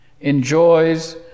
enjoys